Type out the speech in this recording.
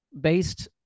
based